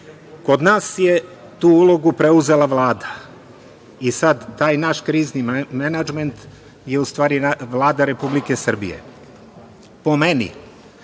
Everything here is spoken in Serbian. nas je tu ulogu preuzela Vlada i sad taj naš krizni menadžment je u stvari Vlada Republike Srbije. Po meni,